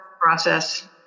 process